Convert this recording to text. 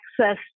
access